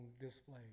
display